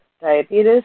Diabetes